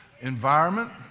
environment